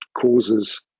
causes